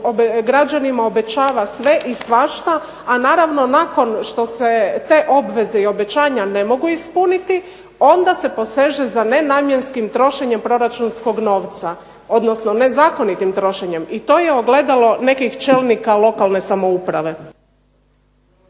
građanima sve i svašta. A naravno nakon što se te obveze i obećanja ne mogu ispuniti, onda se poseže za nenamjenskim trošenjem proračunskog novca odnosno nezakonitim trošenjem. I to je ogledalo nekih čelnika lokalne samouprave.